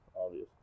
obvious